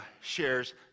shares